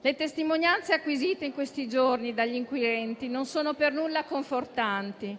Le testimonianze acquisite in questi giorni dagli inquirenti non sono per nulla confortanti